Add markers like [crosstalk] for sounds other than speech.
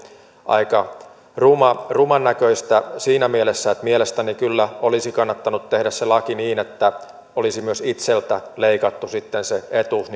aika ruman ruman näköistä siinä mielessä että mielestäni kyllä olisi kannattanut tehdä se laki niin että olisi sitten myös itseltä leikattu se etuus [unintelligible]